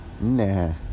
Nah